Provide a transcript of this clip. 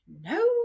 no